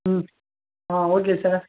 ம் ஆ okay sir